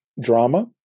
drama